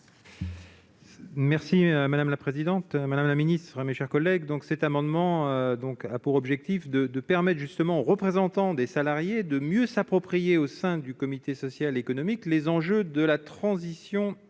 Merci madame la présidente, madame la ministre, mes chers collègues, donc, cet amendement, donc, a pour objectif de 2 permettent justement aux représentants des salariés de mieux s'approprier au sein du comité social, économique, les enjeux de la transition écologique